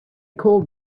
called